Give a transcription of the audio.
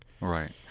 Right